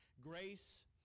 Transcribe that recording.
grace